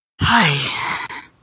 Hi